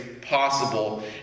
possible